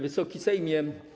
Wysoki Sejmie!